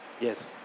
Yes